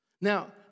Now